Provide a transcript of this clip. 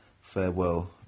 Farewell